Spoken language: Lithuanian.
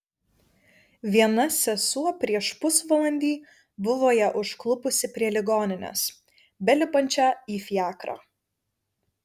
viena sesuo prieš pusvalandį buvo ją užklupusi prie ligoninės belipančią į fiakrą